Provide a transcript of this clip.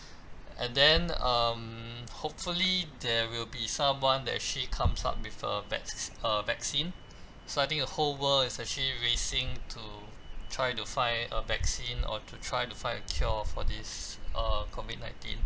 and then um hopefully there will be someone that actually comes up with a vacc~ uh vaccine so I think the whole world is actually racing to try to find a vaccine or to try to find a cure for this uh COVID nineteen